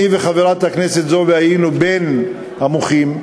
אני וחברת הכנסת זועבי היינו בין המוחים.